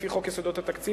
לפי חוק יסודות התקציב,